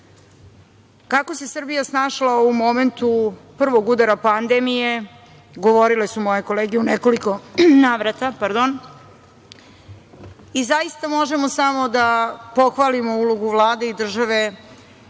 isti. Kako se Srbija snašla u momentu prvog udara pandemije, govorile su moje kolege u nekoliko navrata. Zaista, možemo samo da pohvalimo ulogu Vlade i države